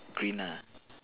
green ah